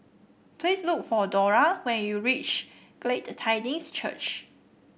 please look for Dora when you reach Glad Tidings Church